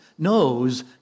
knows